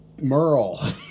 Merle